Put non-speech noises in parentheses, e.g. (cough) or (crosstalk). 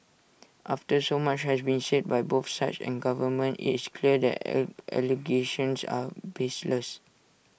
after so much has been said by both sides and government IT is clear that (unintelligible) allegations are baseless